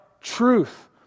truth